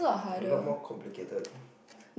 a lot more complicated